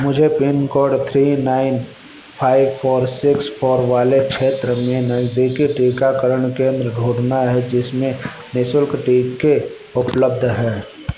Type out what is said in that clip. मुझे pin code three nine five four six four वाले क्षेत्र में नज़दीकी टीकाकरण केंद्र ढूँढना है जिसमें निशुल्क टीके उपलब्ध हैं